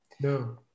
No